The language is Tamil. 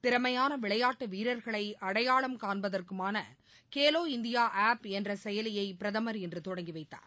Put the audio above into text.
திறனமயான விளையாட்டு வீரர்களை அடையாளம் காண்பதற்குமான கேலோ இந்தியா ஆப் என்ற செயலியை பிரதமர் இன்று தொடங்கி வைத்தார்